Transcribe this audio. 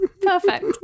Perfect